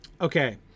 Okay